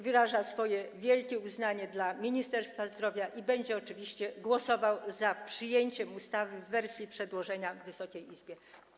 Wyraża swoje wielkie uznanie dla Ministerstwa Zdrowia i będzie oczywiście głosował za przyjęciem ustawy w wersji przedłożonej Wysokiej Izbie.